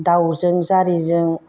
दाउजों जारिजों